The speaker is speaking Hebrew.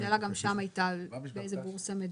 השאלה גם שם היתה באיזו בורסה מדובר?